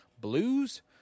blues